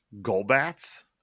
Golbats